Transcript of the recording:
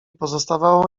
pozostawało